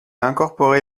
incorporé